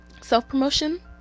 self-promotion